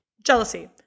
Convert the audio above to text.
Jealousy